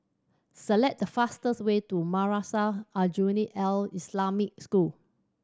select the fastest way to Madrasah Aljunied Al Islamic School